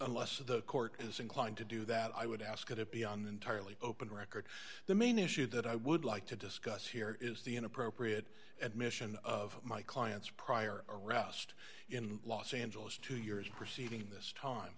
nless the court is inclined to do that i would ask that it be an entirely open record the main issue that i would like to discuss here is the inappropriate admission of my client's prior arrest in los angeles two years proceeding this time